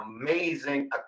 amazing